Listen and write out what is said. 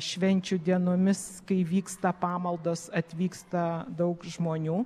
švenčių dienomis kai vyksta pamaldos atvyksta daug žmonių